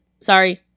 sorry